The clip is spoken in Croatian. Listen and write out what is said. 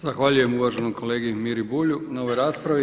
Zahvaljujem uvaženom kolegi Miri Bulju na ovoj raspravi.